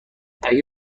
اگه